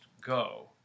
go